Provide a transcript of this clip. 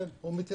כן, הוא מתייתר.